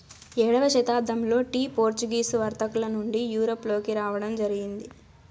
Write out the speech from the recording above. ఏడవ శతాబ్దంలో tea Portuguese వర్తకుల నుండి యూరప్ లోకి రావడం జరిగింది